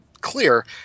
clear